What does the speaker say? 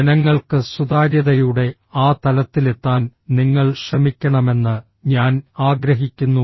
ജനങ്ങൾക്ക് സുതാര്യതയുടെ ആ തലത്തിലെത്താൻ നിങ്ങൾ ശ്രമിക്കണമെന്ന് ഞാൻ ആഗ്രഹിക്കുന്നു